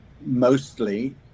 mostly